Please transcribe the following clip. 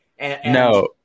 No